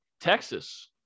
texas